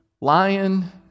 lion